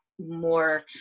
more